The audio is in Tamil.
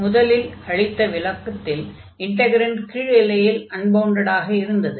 முதலில் அளித்த விளக்கத்தில் இன்டக்ரன்ட் கீழ் எல்லையில் அன்பவுண்டடாக இருந்தது